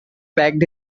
packed